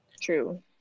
True